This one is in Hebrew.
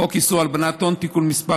חוק איסור הלבנת הון (תיקון מס'